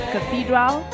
Cathedral